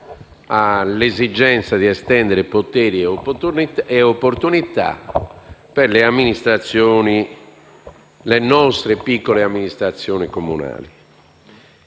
all'esigenza di estendere poteri e opportunità per le nostre piccole amministrazioni comunali.